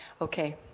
Okay